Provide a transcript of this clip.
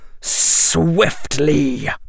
swiftly